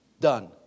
Done